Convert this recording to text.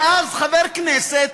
ואז חבר כנסת